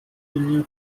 finja